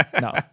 No